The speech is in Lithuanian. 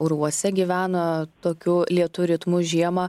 urvuose gyvena tokiu lėtu ritmu žiemą